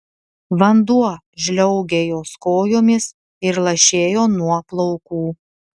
vanduo žliaugė jos kojomis ir lašėjo nuo plaukų